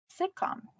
sitcom